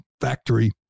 factory